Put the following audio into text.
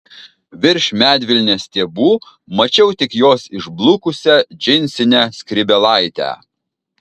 virš medvilnės stiebų mačiau tik jos išblukusią džinsinę skrybėlaitę